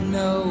no